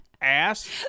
ass